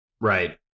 Right